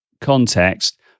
context